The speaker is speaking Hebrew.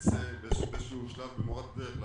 ניאלץ באיזשהו שלב לומר שלא